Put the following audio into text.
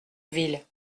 ville